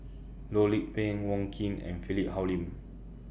Loh Lik Peng Wong Keen and Philip Hoalim